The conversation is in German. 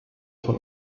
von